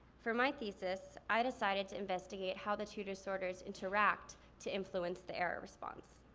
for my thesis i decided to investigate how the two disorders interact to influence the error response.